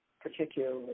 particularly –